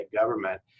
government